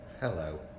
Hello